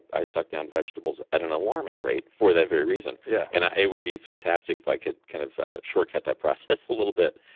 i suck down vegetables at an alarming rate for that very reason yeah and it would be fantastic if i could kind of shortcut that process a little bit,